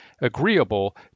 agreeable